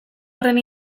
horren